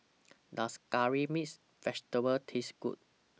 Does Curry Mixed Vegetable Taste Good